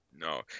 No